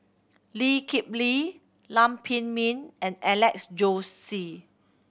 Lee Kip Lee Lam Pin Min and Alex Josey